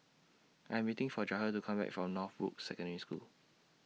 I Am waiting For Jahir to Come Back from Northbrooks Secondary School